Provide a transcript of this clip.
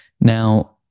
Now